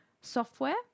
software